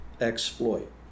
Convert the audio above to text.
exploit